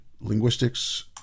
linguistics